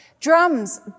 drums